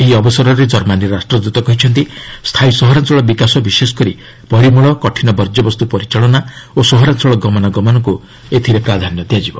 ଏହି ଅବସରରେ ଜର୍ମାନୀ ରାଷ୍ଟ୍ରଦୂତ କହିଛନ୍ତି ସ୍ଥାୟୀ ସହରାଞ୍ଚଳ ବିକାଶ ବିଶେଷକରି ପରିମଳ କଠିନ ବର୍ଜ୍ୟବସ୍ତୁ ପରିଚାଳନା ଓ ସହରାଞ୍ଚଳ ଗମନାଗମନକୁ ପ୍ରାଧାନ୍ୟ ଦିଆଯିବ